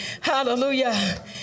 Hallelujah